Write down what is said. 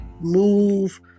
move